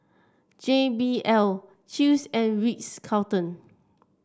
J B L Chew's and Ritz Carlton